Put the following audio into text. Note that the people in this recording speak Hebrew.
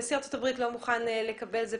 נשיא ארצות הברית לא מוכן לקבל את זה,